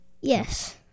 Yes